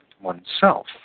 oneself